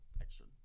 extra